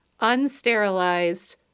unsterilized